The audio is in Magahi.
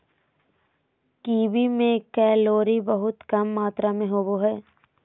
कीवी में कैलोरी बहुत कम मात्र में होबो हइ